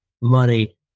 money